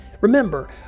Remember